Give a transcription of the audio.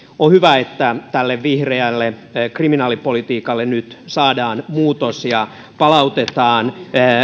on hyvä että tälle vihreälle kriminaalipolitiikalle nyt saadaan muutos ja ennen muuta palautetaan